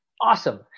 Awesome